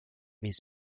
his